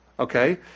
Okay